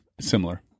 Similar